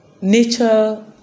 nature